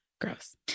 Gross